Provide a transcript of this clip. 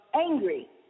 angry